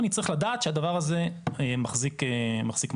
אני צריך לדעת שהדבר הזה מחזיק מים,